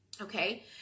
Okay